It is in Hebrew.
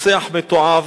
רוצח מתועב.